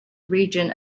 region